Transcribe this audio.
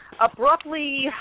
Abruptly